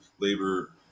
labor